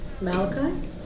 Malachi